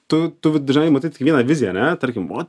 tu tu žinai matai tik viena viziją ane tarkim vot